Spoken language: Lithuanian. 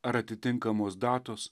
ar atitinkamos datos